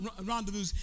rendezvous